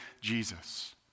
Jesus